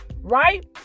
right